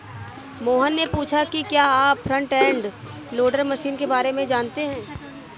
मोहन ने पूछा कि क्या आप फ्रंट एंड लोडर मशीन के बारे में जानते हैं?